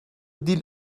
dil